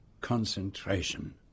concentration